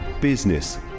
Business